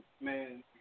man